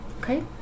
okay